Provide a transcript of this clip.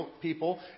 people